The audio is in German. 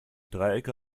dreiecke